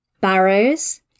Barrows